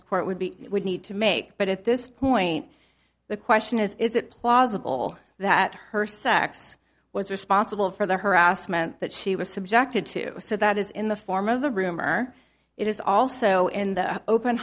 court would be would need to make but at this point the question is is it plausible that her sex was responsible for the harassment that she was subjected to so that is in the form of the rumor it was also in the open